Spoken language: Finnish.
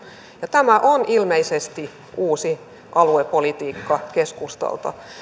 tämä on ilmeisesti keskustan uusi aluepolitiikka